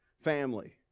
family